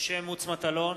משה מטלון,